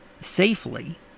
safely